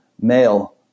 male